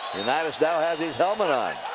unitas now has his helmet on.